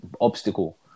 obstacle